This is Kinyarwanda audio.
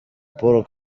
paul